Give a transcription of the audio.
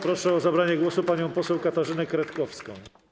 Proszę o zabranie głosu panią poseł Katarzynę Kretkowską.